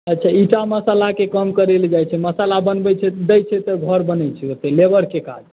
अच्छा ईटा मसालाके काम करै लए जाइ छै मसाला बनबै छै दै छै तऽ घर बनै छै लेबरके काज